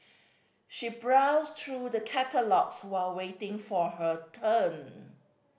she browsed through the catalogues while waiting for her turn